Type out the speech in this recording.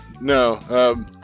No